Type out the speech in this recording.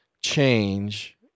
change